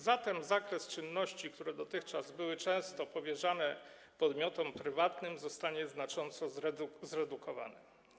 Zatem zakres czynności, które dotychczas były często powierzane podmiotom prywatnym, zostanie znacząco zredukowany.